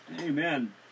Amen